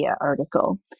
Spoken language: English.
article